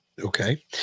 okay